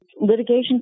litigation